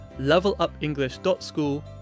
levelupenglish.school